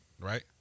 right